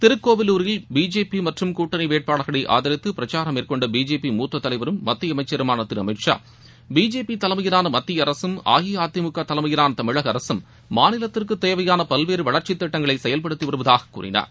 திருக்கோவிலூரில் BJP மற்றும் கட்டனி வேட்பாளர்களை ஆதரித்து பிரச்சாரம் மேற்கொண்ட பிஜேபி மூத்த தலைவரும் மத்திய அமைச்சருமான திரு அமித்ஷா பிஜேபி தலைமையிலான மத்திய அரசும் அஇஅதிமக தலைமையிலாள தமிழக அரகம் மாநிலத்திற்கு தேவையாள பல்வேறு வளர்ச்சி திட்டங்களை செயல்படுத்தி வருவதாக கூறினார்